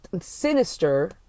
sinister